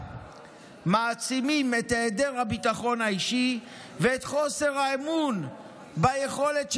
מעצימים את היעדר הביטחון האישי ואת חוסר האמון ביכולת שלנו,